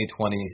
2020